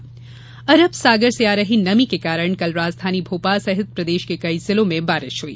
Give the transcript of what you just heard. वहीं अरब सागर से आ रही नमी के कारण कल राजधानी भोपाल सहित प्रदेश के कई जिलों में बारिश हुई